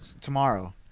tomorrow